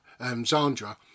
Zandra